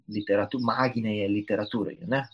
literatų maginėje literatūroje na